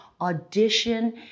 audition